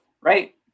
right